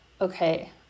okay